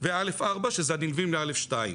ו-א.4 שזה הנלווים ל-א.2.